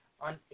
on